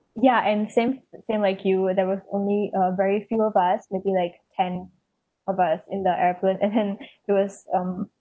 yeah and same thing like you was there was only a very few of us maybe like ten of us in the airplane and then that was um